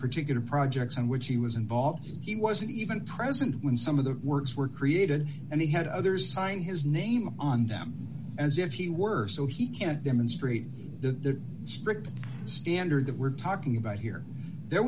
particular projects on which he was involved he wasn't even present when some of the words were created and he had others sign his name on them as if he were so he can't demonstrate the strict standard that we're talking about here there